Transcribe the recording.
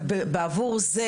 ובעבור זה,